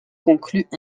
concluent